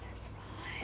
that's fine